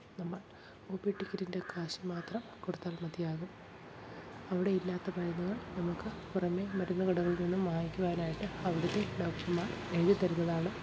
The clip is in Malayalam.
നമ്മൾ ഓ പി ടിക്കറ്റിൻ്റെ കാശ് മാത്രം കൊടുത്താൽ മതിയാകും അവിടെ ഇല്ലാത്ത മരുന്നുകൾ നമുക്ക് പുറമേ മരുന്ന് കടകളിൽ നിന്നും വാങ്ങിക്കുവാനായിട്ട് അവിടുത്തെ ഡോക്ടർമാർ എഴുതി തരുന്നതാണ്